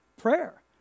prayer